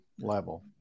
level